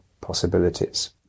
possibilities